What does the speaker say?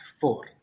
four